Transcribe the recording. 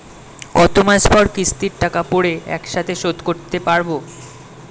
কত মাস পর কিস্তির টাকা পড়ে একসাথে শোধ করতে পারবো?